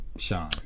Sean